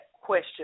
question